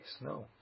No